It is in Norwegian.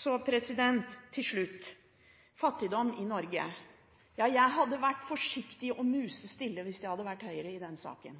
Til slutt om fattigdom i Norge. Jeg ville vært forsiktig og musestille hvis jeg hadde vært Høyre i denne saken.